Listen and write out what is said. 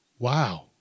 Wow